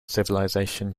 civilisations